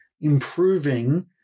improving